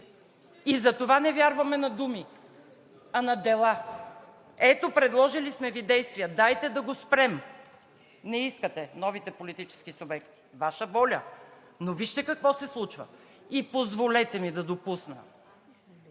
затова не вярваме на думи, а на дела. Предложили сме Ви действия, дайте да го спрем. Не искате новите политически субекти – Ваша воля. Но вижте какво се случва и позволете ми да допусна,